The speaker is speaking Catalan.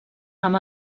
amb